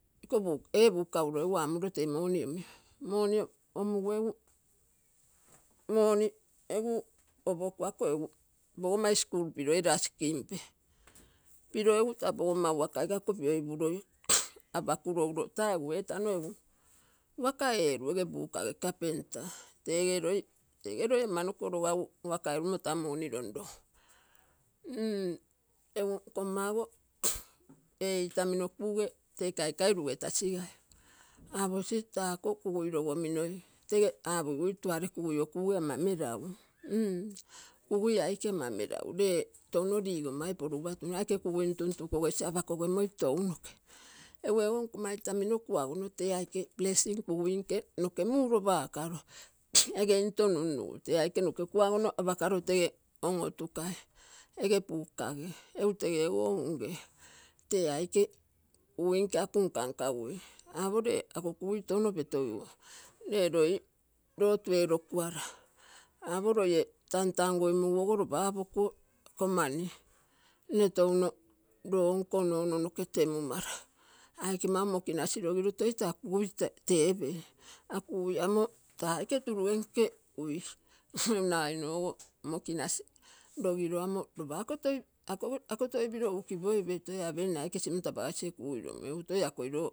Ee buka uro egu amuro tee moni omio moni omugu egu opoku ako egu pogommai schoolpiro ee rasi kimbe piro egu taa pogomma waka ikoga pio ipuroi, apakuro uro taa egu etano egu waka eeru ege bukage kapenta tege loi, tege loi ama nko logagu waka erumo taa moni lonlogu egu nkomma ogo ee itamino kuge tee kaikai ruge tasigai aapokui tako kugui logomino tege aapogigu tuare kuguie kuge ama meragu kugui aike ama melagu lee touno ligomai porusu pa aike kugui ntuntu kogesi apako gemoi tounoke egu ego nkomma itamino kuagono tee aike prasing kuguinke noke muropakaro, ege into nunnugu tee aike noke kuagono apkaro tege on-otukai ege bukage egu tege ogo unge tee aike kugui nke aku nka nkagui apo ee akokugui touno petogigui lee loi lotu erokuara. Opo loie tantan goimuguogo lopa apokuo ako mani nne touno lonko ono-ono noke temumara aike mau mokinasi logiro taa kugui toi tepei, ako kugui amo taa aike turugenke uii nagainogo nokinasi logiro lopa ako toi piro ukipoipei toi apei mne aike sinto apagasie kuu itomui egu rol akoi loo.